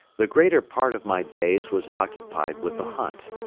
the greater part of my days was occupied with the hunt.